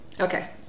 Okay